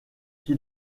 qui